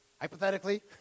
hypothetically